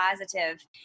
positive